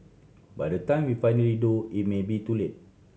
by the time we finally do it may be too late